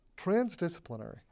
transdisciplinary